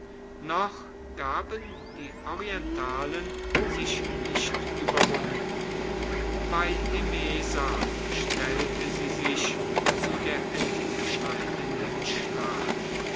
noch gaben die orientalen sich nicht überwunden bei heda stellte sie sich zu der entscheidenden schlacht